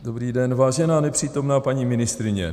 Dobrý den, vážená nepřítomná paní ministryně.